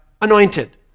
anointed